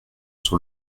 sur